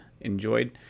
Enjoyed